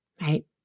right